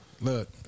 look